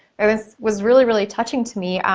it was was really, really, touching to me.